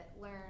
learn